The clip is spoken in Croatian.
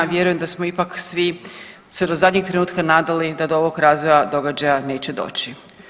Vjerujem da smo ipak svi se do zadnjeg trenutka nadali da do ovog razvoja događaja neće doći.